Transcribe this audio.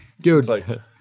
Dude